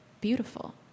beautiful